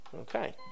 Okay